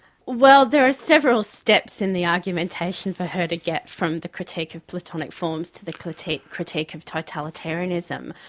well, there are several steps in the argumentation for her to get from the critique of platonic forms to the critique critique of totalitarianism.